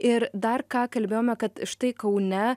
ir dar ką kalbėjome kad štai kaune